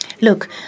Look